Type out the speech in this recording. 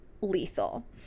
lethal